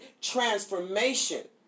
transformation